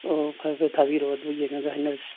ꯑꯣ ꯐꯔꯦ ꯐꯔꯦ ꯊꯥꯕꯤꯔꯛꯑꯣ ꯑꯗꯨ ꯌꯦꯡꯂꯒ ꯍꯥꯏꯅꯔꯁꯤ